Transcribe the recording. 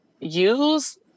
use